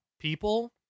people